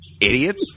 Idiots